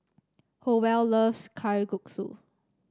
Howell loves Kalguksu